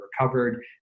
recovered